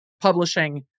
publishing